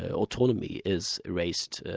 ah autonomy is raised